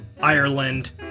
Ireland